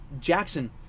Jackson